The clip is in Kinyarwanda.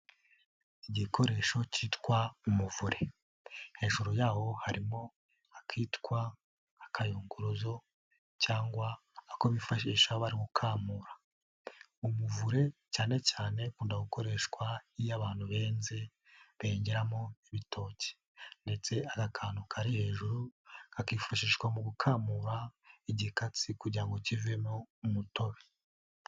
Igikoresho cyitwa umuvure. Hejuru yawo harimo akitwa akayunguruzo cyangwa ako bifashisha bari gukamura. Umuvure cyane cyane ukunda gukoreshwa iyo abantu benze bengeramo ibitoke ndetse aka kantu kari hejuru kakifashishwa mu gukamura igikatsi kugira ngo kivemo umutobe.